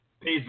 pays